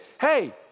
Hey